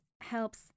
helps